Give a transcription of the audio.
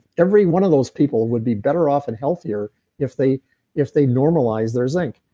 every one of those people would be better off and healthier if they if they normalize their zinc.